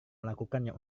melakukannya